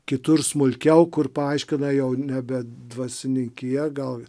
kitur smulkiau kur paaiškina jau nebe dvasininkija gal